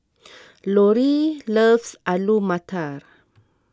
Loree loves Alu Matar